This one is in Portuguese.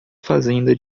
fazenda